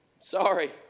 Sorry